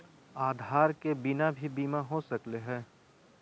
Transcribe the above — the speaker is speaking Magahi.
आधार के बिना भी बीमा हो सकले है?